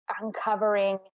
uncovering